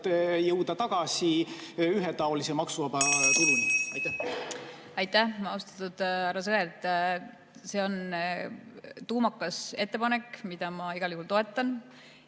jõuda tagasi ühetaolise maksuvaba tuluni? Aitäh, austatud härra Sõerd! See on tuumakas ettepanek, mida ma igal juhul toetan.